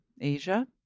Asia